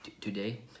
Today